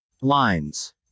Lines